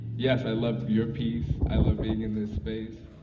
yes, i loved your piece. i love being in this space.